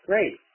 Great